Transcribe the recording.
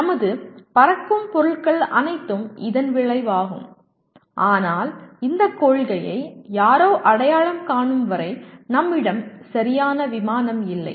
நமது பறக்கும் பொருள்கள் அனைத்தும் இதன் விளைவாகும் ஆனால் இந்த கொள்கையை யாரோ அடையாளம் காணும் வரை நம்மிடம் சரியான விமானம் இல்லை